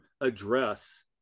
address